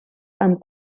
amb